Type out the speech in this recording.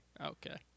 Okay